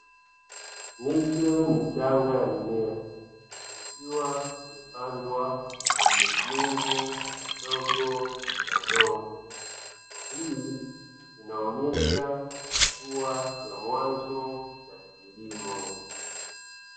Miche michanga ya mimea, ikiwa imepandwa kwenye vyungu vidogo vya udongo hii inaonyesha hatua ya mwanzo ya kilimo.